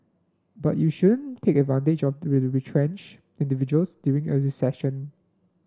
but you shouldn't take advantage of retrenched individuals during a recession